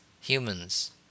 Humans